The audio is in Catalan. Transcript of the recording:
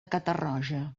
catarroja